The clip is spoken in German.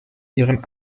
ihren